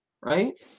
Right